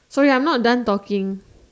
sorry I'm not done talking